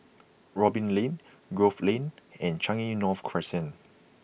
Robin Lane Grove Lane and Changi North Crescent